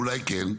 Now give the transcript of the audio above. אולי כן?